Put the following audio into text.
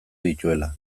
dituela